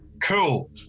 Cool